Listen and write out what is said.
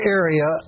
area